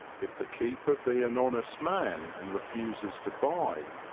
if the keeper be an honest man and refuses to buy,